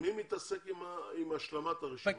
מי מתעסק עם השלמת הרשימה?